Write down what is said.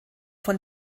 von